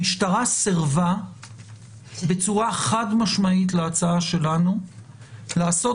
המשטרה סירבה בצורה חד משמעית להצעה שלנו לעשות